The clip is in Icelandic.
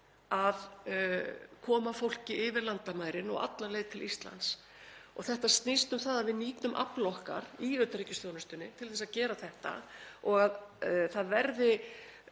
að koma fólki yfir landamærin og alla leið til Íslands. Þetta snýst um það að við nýtum afl okkar í utanríkisþjónustunni til þess að gera þetta og að það verði